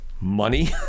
money